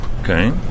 Okay